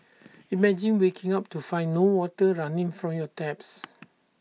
imagine waking up to find no water running from your taps